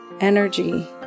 energy